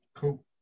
Cool